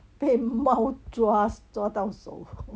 被猫抓抓到手